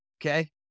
Okay